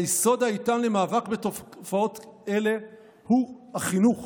היסוד האיתן למאבק בתופעות אלה הוא החינוך,